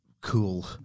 Cool